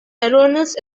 erroneous